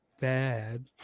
bad